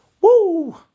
Woo